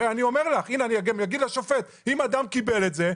אני אומר לך ואני גם אגיד לשופט: אם אדם קיבל את זה,